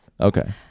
Okay